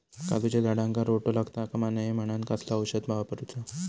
काजूच्या झाडांका रोटो लागता कमा नये म्हनान कसला औषध वापरूचा?